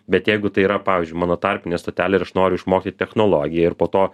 bet jeigu tai yra pavyzdžiui mano tarpinė stotelė ir aš noriu išmokti technologiją ir po to